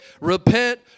repent